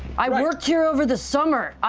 i worked here over the summer.